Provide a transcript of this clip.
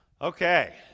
Okay